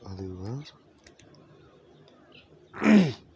ꯑꯗꯨꯒ